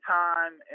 time